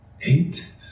eight